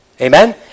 Amen